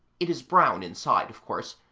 it is brown inside, of course,